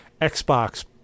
Xbox